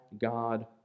God